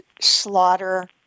Slaughter